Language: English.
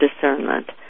discernment